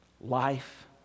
Life